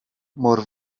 mor